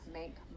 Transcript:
make